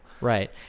Right